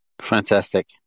Fantastic